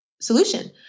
solution